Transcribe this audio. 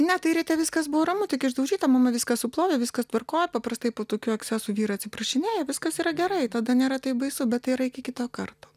ne tai ryte viskas buvo ramu tik išdaužyta mama viską suplovė viskas tvarkoj paprastai po tokių ekscesų vyrai atsiprašinėja viskas yra gerai tada nėra taip baisu bet tai yra iki kito karto